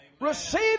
receive